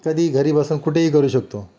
कधीही घरी बसून कुठेही करू शकतो